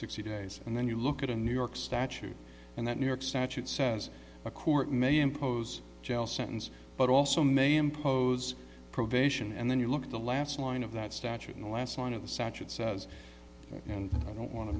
sixty days and then you look at a new york statute and that new york statute says a court may impose jail sentence but also may impose probation and then you look at the last line of that statute in the last line of the satch it says and i don't want to